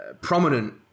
prominent